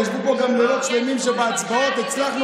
ישבו פה גם לילות שלמים שבהצבעות הצלחנו